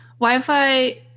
wi-fi